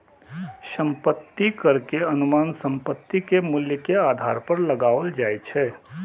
संपत्ति कर के अनुमान संपत्ति के मूल्य के आधार पर लगाओल जाइ छै